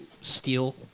steel